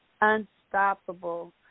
unstoppable